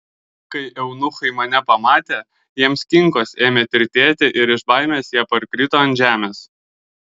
kai eunuchai mane pamatė jiems kinkos ėmė tirtėti ir iš baimės jie parkrito ant žemės